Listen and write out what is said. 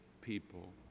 people